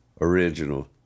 original